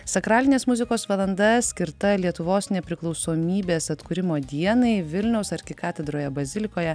sakralinės muzikos valanda skirta lietuvos nepriklausomybės atkūrimo dienai vilniaus arkikatedroje bazilikoje